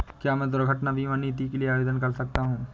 क्या मैं दुर्घटना बीमा नीति के लिए आवेदन कर सकता हूँ?